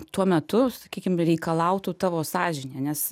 tuo metu sakykim reikalautų tavo sąžinė nes